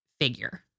figure